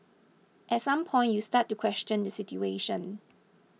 at some point you start to question the situation